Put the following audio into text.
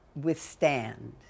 withstand